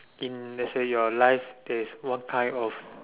in let's say your life that is one kind of